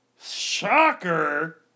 Shocker